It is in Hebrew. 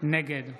נגד